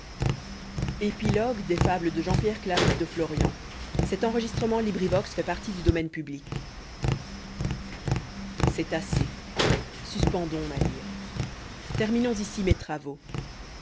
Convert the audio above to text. vj'est assez suspendons ma lyt terminons ici mes travaux